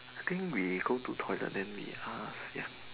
I think we go to toilet then we ask ya